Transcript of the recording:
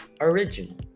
original